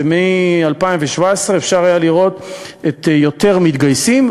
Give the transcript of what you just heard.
שמ-2017 אפשר יהיה לראות יותר מתגייסים,